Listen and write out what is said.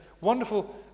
Wonderful